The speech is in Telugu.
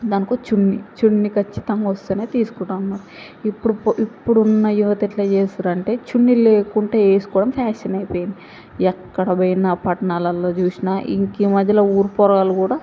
దానికో చున్నీ చున్నీ ఖచ్చితంగా వస్తేనే తీసుకుంటాము ఇప్పుడు పో ఇప్పుడున్న యువత ఎట్లా చేస్తుర్రంటే చున్నీలేకుండా వేసుకోవడం ఫ్యాషన్ అయిపోయింది ఎక్కడ పోయినా పట్టణాలల్లో చూసినా ఇంకా ఈ మధ్యలో ఊరు పోరగాళ్ళు కూడా